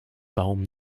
baum